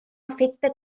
afecta